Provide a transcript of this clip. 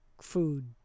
food